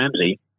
Ramsey